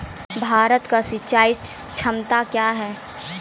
भारत की सिंचाई क्षमता क्या हैं?